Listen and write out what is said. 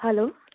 hello